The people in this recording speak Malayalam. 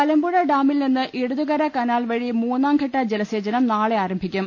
മലമ്പുഴ ഡാമിൽ നിന്ന് ഇടതുകര കനാൽ വഴി മൂന്നാം ഘട്ട ജലസേചനം നാളെ ആരംഭിക്കും